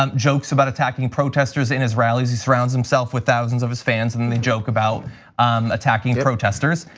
um jokes about attacking protesters in his rallies, he surrounds himself with thousands of his fans and they joke about um attacking protesters.